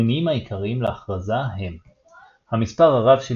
המניעים העיקריים להכרזה הם המספר הרב של